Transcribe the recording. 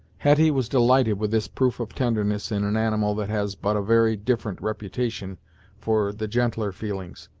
hetty was delighted with this proof of tenderness in an animal that has but a very indifferent reputation for the gentler feelings,